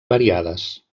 variades